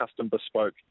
custom-bespoke